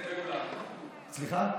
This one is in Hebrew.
סליחה?